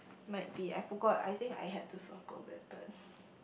might be I forgot I think I had to circle that but